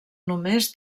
només